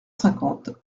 cinquante